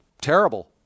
terrible